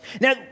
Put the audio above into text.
Now